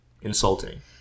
insulting